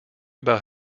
about